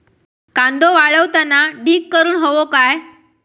कांदो वाळवताना ढीग करून हवो काय?